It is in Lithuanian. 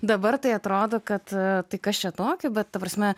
dabar tai atrodo kad tai kas čia tokio bet ta prasme